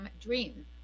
dream